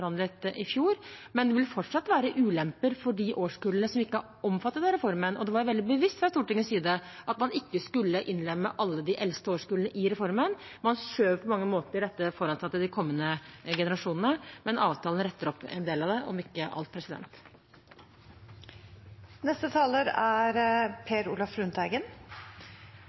i fjor, men det vil fortsatt være ulemper for de årskullene som ikke er omfattet av reformen. Det var veldig bevisst fra Stortingets side at man ikke skulle innlemme alle de eldste årskullene i reformen. Man skjøv på mange måter dette foran seg til de kommende generasjonene. Avtalen retter opp en del av det, om ikke alt. Representanten Per Olaf Lundteigen